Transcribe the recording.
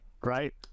right